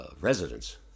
residents